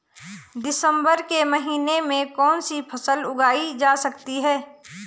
दिसम्बर के महीने में कौन सी फसल उगाई जा सकती है?